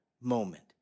moment